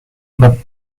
but